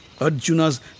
Arjuna's